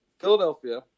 philadelphia